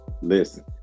Listen